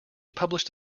published